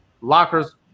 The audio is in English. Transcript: Lockers